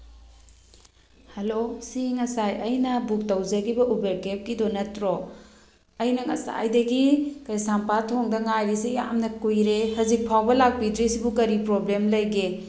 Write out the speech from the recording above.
hello ꯁꯤ ꯉꯁꯥꯏ ꯑꯩꯅ ꯕꯨꯛ ꯇꯧꯖꯈꯤꯕ ꯎꯕꯔ ꯀꯦꯕꯀꯤꯗꯣ ꯅꯠꯇ꯭ꯔꯣ ꯑꯩꯅ ꯉꯁꯥꯏꯗꯒꯤ ꯀꯩꯁꯥꯝꯄꯥꯠ ꯊꯣꯡꯗ ꯉꯥꯏꯔꯤꯁꯦ ꯌꯥꯝꯅ ꯀꯨꯏꯔꯦ ꯍꯧꯖꯤꯛ ꯐꯥꯎꯕ ꯂꯥꯛꯄꯤꯗ꯭ꯔꯤꯁꯤꯕꯨ ꯀꯔꯤ ꯄ꯭ꯔꯣꯕ꯭ꯂꯦꯝ ꯂꯩꯒꯦ